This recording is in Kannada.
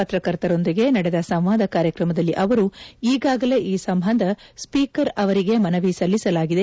ಪತ್ರಕರ್ತರೊಂದಿಗೆ ನಡೆದ ಸಂವಾದ ಕಾರ್ಯಕ್ರಮದಲ್ಲಿ ಅವರು ಈಗಾಗಲೇ ಈ ಸಂಬಂಧ ಸ್ಪೀಕರ್ ಅವರಿಗೆ ಮನವಿ ಸಲ್ಲಿಸಲಾಗಿದೆ